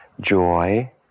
joy